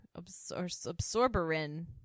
Absorberin